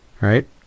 right